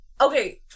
okay